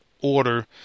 order